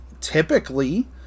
typically